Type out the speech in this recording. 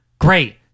great